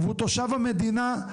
והוא תושב המדינה,